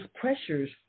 pressures